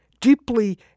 deeply